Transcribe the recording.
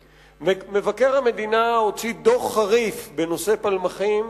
פלמחים, מבקר המדינה הוציא דוח חריף בנושא פלמחים,